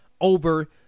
over